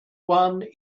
one